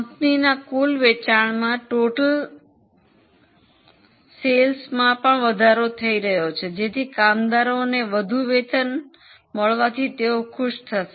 કંપનીના કુલ વેચાણમાં પણ વધારો થઈ રહ્યો છે જેથી કામદારોને વધુ વેતન મળવાથી તેઓ ખુશ થશે